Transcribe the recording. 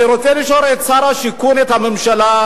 אני רוצה לשאול את שר השיכון, את הממשלה,